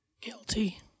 Guilty